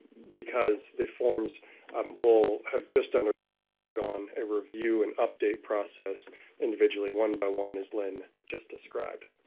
because the forms um will have just ah undergone a review and update process individually one by one as lynn just described.